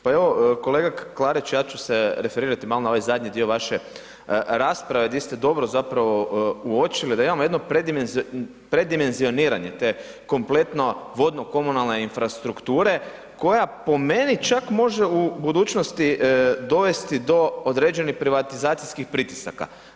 Pa evo, kolega Klarić, ja ću se referirati malo na ovaj zadnji dio vaše rasprave gdje ste dobro zapravo uočili da imamo jedno predimenzioniranje te kompletno vodno komunalne infrastrukture koja po meni čak može u budućnosti dovesti do određenih privatizacijskih pritisaka.